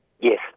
Yes